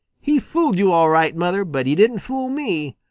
he fooled you all right, mother, but he didn't fool me.